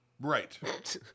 Right